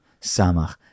samach